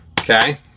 okay